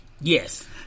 Yes